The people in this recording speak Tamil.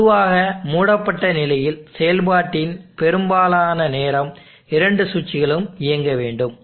பொதுவாக மூடப்பட்ட நிலையில் செயல்பாட்டின் பெரும்பாலான நேரம் இரண்டு சுவிட்சுகளும் இயங்க வேண்டும்